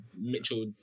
Mitchell